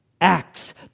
Acts